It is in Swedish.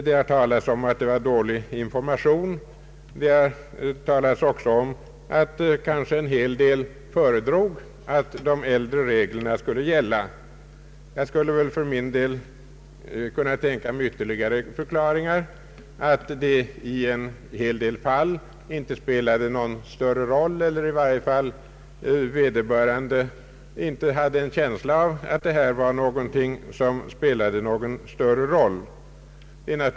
Det har talats om att det var bristfällig information. Det har också talats om att en hel del föredrog att de äldre reglerna skulle gälla. Jag skulle för min del kunna tänka mig ytterligare förklaringar, nämligen att det i en del fall inte spelade någon större roll eller att vederbörande i varje fall inte hade någon känsla av att detta spelade någon större roll.